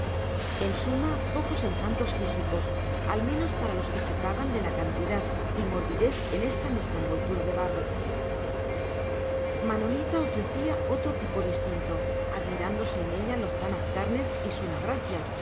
en suma pocos encantos físicos al menos para los que se pagan de la cantidad y morbidez en esta nuestra envoltura de barro manolita ofrecía otro tipo distinto admirándose en ella lozanas carnes y suma gracia